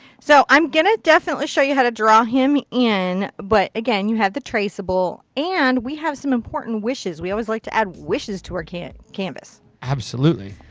so i'm going to definitely show you how to draw him in, but again you have the traceable. and we have some important wishes. we always like to add wishes to our canvas. absolutely.